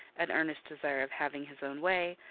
an earnest desire of having his own way,